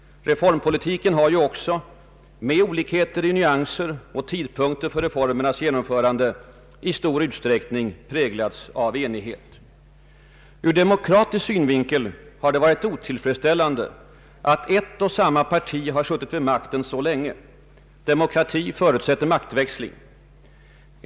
Reformpolitiken har ju också — med olikheter i nyanser och tidpunkter för reformernas genomförande — i stor utsträckning präglats av enighet. Ur demokratisk synvinkel har det varit otillfredsställande, att ett och samma parti suttit så länge vid makten. Demokrati förutsätter maktväxling.